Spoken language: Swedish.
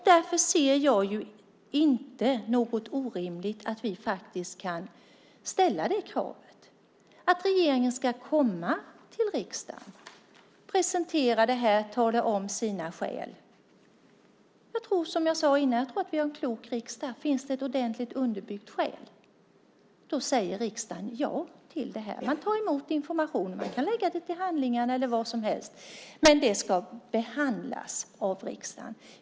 Därför ser jag inte något orimligt i att vi ställer kravet att regeringen ska komma till riksdagen, presentera det hela och tala om sina skäl. Jag tror som sagt att vi har en klok riksdag. Finns det ett ordentligt underbyggt skäl säger riksdagen ja. Man tar emot information, och man kan lägga det till handlingarna eller något liknande, men det ska behandlas av riksdagen.